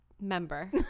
member